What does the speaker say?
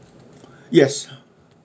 yes